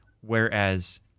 whereas